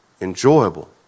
enjoyable